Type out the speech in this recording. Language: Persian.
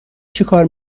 چیکار